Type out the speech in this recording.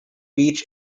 beach